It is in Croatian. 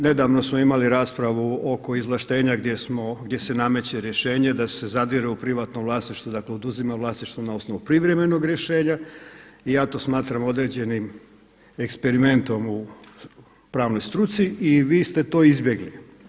Nedavno smo imali raspravu oko izvlaštenja gdje se nameće rješenje da se zadire u privatno vlasništvo, dakle oduzima vlasništvo na osnovu privremenog rješenja i ja to smatram određenim eksperimentom u pravnoj struci i vi ste to izbjegli.